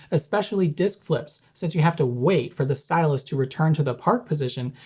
especially disc flips, since you have to wait for the stylus to return to the park position,